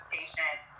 patient